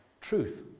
truth